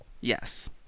Yes